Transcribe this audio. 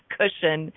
cushion